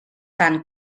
tant